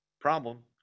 Problem